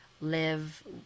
live